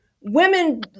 women